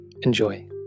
Enjoy